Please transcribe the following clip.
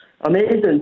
Amazing